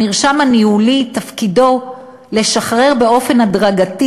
המרשם הניהולי תפקידו לשחרר באופן הדרגתי